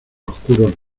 oscuros